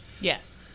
Yes